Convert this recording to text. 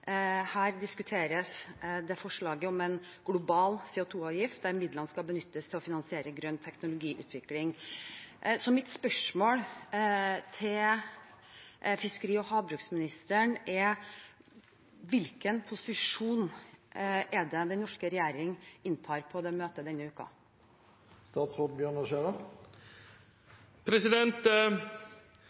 diskuteres forslaget om en global CO 2 -avgift, der midlene skal benyttes til å finansiere grønn teknologiutvikling. Spørsmålet mitt til fiskeri- og havministeren er: Hvilken posisjon inntar den norske regjeringen på det møtet denne